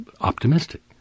optimistic